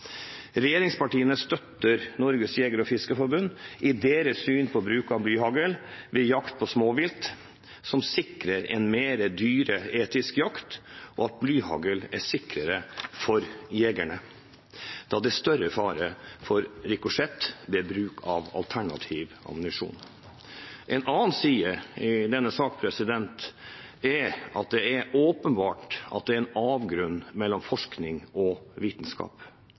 Regjeringspartiene støtter Norges Jeger- og Fiskerforbund i deres syn på bruk av blyhagl ved jakt på småvilt, som sikrer en mer dyreetisk jakt, og at blyhagl er sikrere for jegerne, da det er større fare for rikosjett ved bruk av alternativ ammunisjon. En annen side av denne sak er at det er åpenbart at det er en avgrunn mellom forskning og vitenskap.